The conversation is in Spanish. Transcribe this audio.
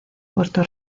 puerto